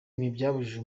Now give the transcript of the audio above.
ntibyabujije